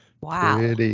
Wow